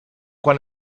quan